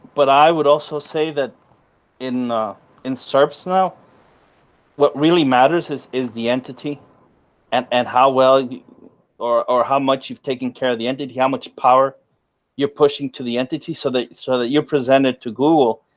but i would also say that in in servicenow, what really matters is is the entity and and how well you are how much you've taken care of the entity, how much power you're pushing to the entity, so that so that you're presented to google,